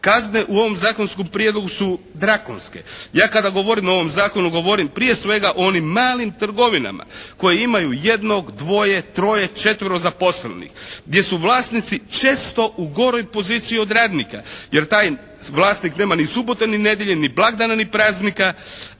Kazne u ovom zakonskom prijedlogu su dragonske. Ja kada govorim o ovom zakonu govorim prije svega o onim malim trgovinama koje imaju jednog, dvoje, troje, četvero zaposlenih gdje su vlasnici često u goroj poziciji od radnika jer taj vlasnik nema ni subote ni nedjelje, ni blagdana ni praznika